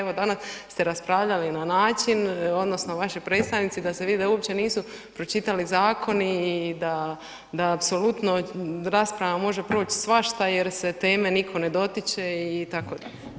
Evo danas ste raspravljali na način odnosno vaši predstavnici da se vidi da uopće nisu pročitali zakon i da apsolutno rasprava može proći svašta jer se teme nitko ne dotiče itd.